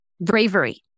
bravery